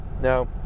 no